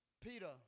Peter